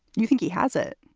you think he has it?